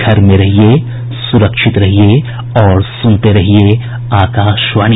घर में रहिये सुरक्षित रहिये और सुनते रहिये आकाशवाणी